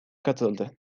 katıldı